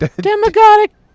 demagogic